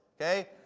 okay